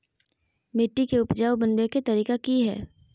मिट्टी के उपजाऊ बनबे के तरिका की हेय?